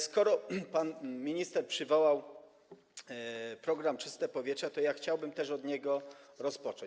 Skoro pan minister przywołał program „Czyste powietrze”, to ja chciałbym też od niego rozpocząć.